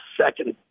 second